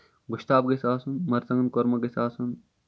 گۄشتاب گژھِ آسُن مَرژٕوانگن کۄرمہٕ گژھِ آسُن